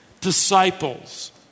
disciples